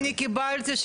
אני לא בדקתי אותן,